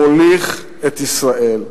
מוליך את ישראל?